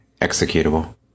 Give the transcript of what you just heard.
executable